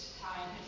time